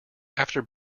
after